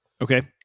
Okay